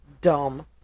dumb